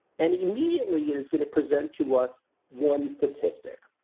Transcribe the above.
and immediately it's going to present to us one statistic.